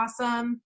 awesome